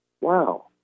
wow